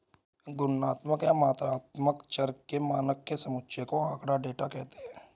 गुणात्मक या मात्रात्मक चर के मानों के समुच्चय को आँकड़ा, डेटा कहते हैं